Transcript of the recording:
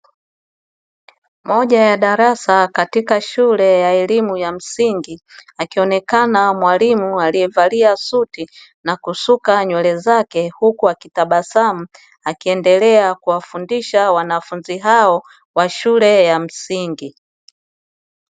Moja ya darasa katika shule elimu ya msingi, akionekana mwalimu aliye valia suti na kusuka nywele zake, huku akitabasamu akiendelea kuwafundisha wanafunzi hao wa shule ya msingi.